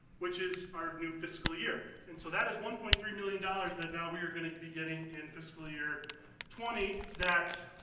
which is our new fiscal year. and so that is one point three million dollars that now we are going to be getting in fiscal year twenty that,